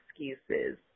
excuses